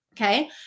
okay